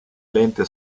lente